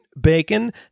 bacon